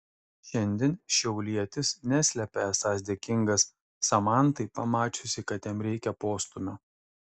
šiandien šiaulietis neslepia esąs dėkingas samantai pamačiusiai kad jam reikia postūmio